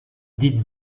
dites